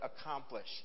accomplish